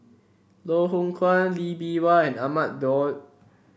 Loh Hoong Kwan Lee Bee Wah and Ahmad Daud